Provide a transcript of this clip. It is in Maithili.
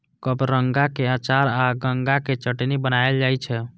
कबरंगा के अचार आ गंगा के चटनी बनाएल जाइ छै